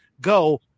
go